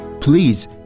Please